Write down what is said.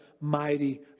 mighty